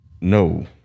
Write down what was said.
No